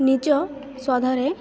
ନିଜ ସ୍ୱାଦରେ